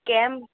game